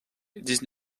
dix